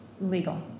legal